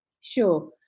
Sure